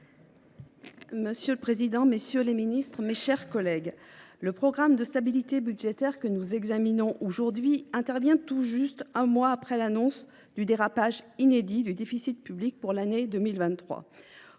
Monsieur le président, messieurs les ministres, mes chers collègues, le programme de stabilité budgétaire que nous examinons aujourd’hui intervient tout juste un mois après l’annonce du dérapage inédit du déficit public pour l’année 2023.